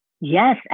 Yes